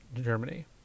Germany